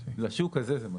לשוק הזה זה מספיק.